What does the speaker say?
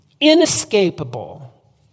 inescapable